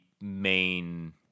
main